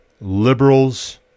Liberals